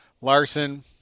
Larson